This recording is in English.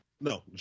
No